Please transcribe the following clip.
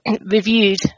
reviewed